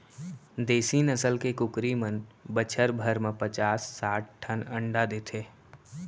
देसी नसल के कुकरी मन बछर भर म पचास साठ ठन अंडा देथे